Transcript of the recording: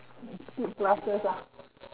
to get the song